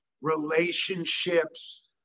relationships